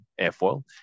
airfoil